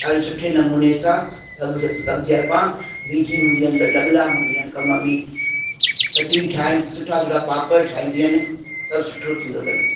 ॾाढे सुठे नमूने सां सभु सभु ज़ाइफ़ा बिजी हूंदी आहिनि लॻियलु हूंदियूं आहिनि कम में कचरियूं ठाहिनि सुठा सुठा पापड़ ठाहींदियूं आहिनि सभ सुठो थींदो अथनि